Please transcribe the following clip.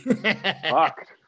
Fuck